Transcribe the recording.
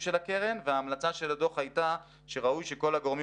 של הקרן וההמלצה של הדוח הייתה שראוי שכל הגורמים